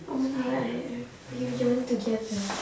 oh my god I I we yawn together